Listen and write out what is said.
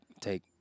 take